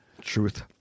Truth